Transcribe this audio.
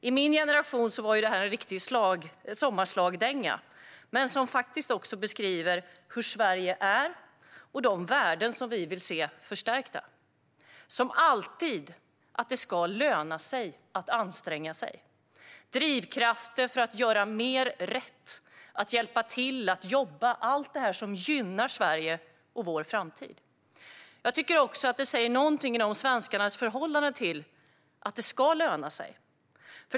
I min generation var det här en riktig sommarslagdänga som faktiskt beskriver hur Sverige är och de värden som vi vill se förstärkta - att det, som alltid, ska löna sig att anstränga sig. Det handlar om drivkrafter för att göra mer rätt, att hjälpa till, att jobba - allt det som gynnar Sverige och vår framtid. Jag tycker att det här säger någonting om svenskarnas förhållande till att det ska löna sig.